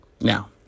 Now